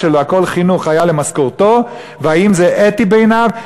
שלו "הכול חינוך" היה למשכורתו והאם זה אתי בעיניו.